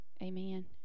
Amen